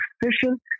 efficient